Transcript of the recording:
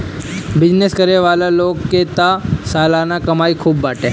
business करे वाला लोग के तअ सलाना कमाई खूब बाटे